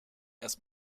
erst